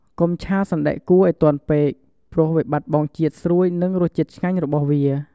កុំឆាសណ្ដែកគួរឱ្យទន់ពេក ព្រោះវាបាត់បង់ជាតិស្រួយនិងរសជាតិឆ្ងាញ់របស់វា។